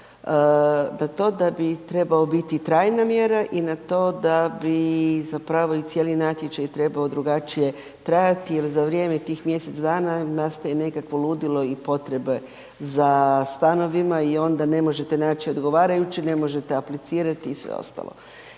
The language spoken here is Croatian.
na to da bi trebao biti trajna mjera i na to da bi zapravo i cijeli natječaj trebao drugačije trajati jer za vrijeme tih mjesec dana nastaje nekakvo ludilo i potrebe za stanovima i onda ne možete naći odgovarajuće, ne možete aplicirati i sve ostalo.